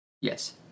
Yes